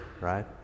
right